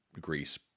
Greece